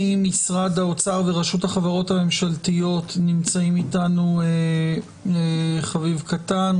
ממשרד האוצר ורשות החברות הממשלתיות נמצאים איתנו חביב קטן,